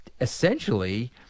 essentially